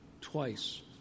twice